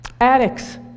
Addicts